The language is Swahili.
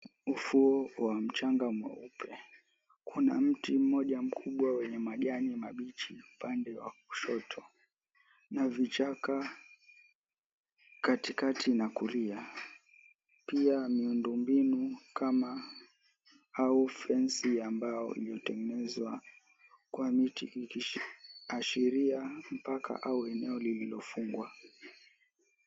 Ufuo wa mchanga mweupe. Kuna mti mmoja mkubwa wenye majani mabichi upande wa kushoto na vichaka katikati na kulia pia miundo mbinu kama fenzi ya mbao iliyotengenezwa kwa miti ikiashiria mpaka au eneo lililofungwa.